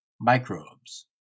microbes